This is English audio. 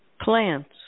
plants